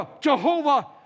Jehovah